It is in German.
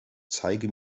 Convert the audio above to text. zeige